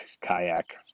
kayak